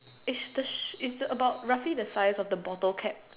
is the shape is about the roughly the size of the bottle cap